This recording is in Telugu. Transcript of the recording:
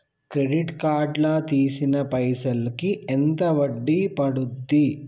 క్రెడిట్ కార్డ్ లా తీసిన పైసల్ కి ఎంత వడ్డీ పండుద్ధి?